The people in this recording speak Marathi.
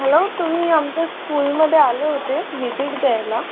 हॅलो तुम्ही आमच्या स्कूलमध्ये आले होते निर्देश द्यायला